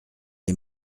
les